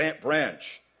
branch